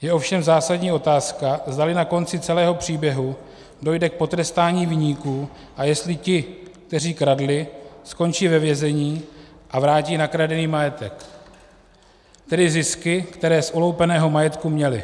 Je ovšem zásadní otázka, zdali na konci celého příběhu dojde k potrestání viníků a jestli ti, kteří kradli, skončí ve vězení a vrátí nakradený majetek, tedy zisky, které z uloupeného majetku měli.